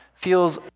feels